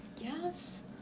Yes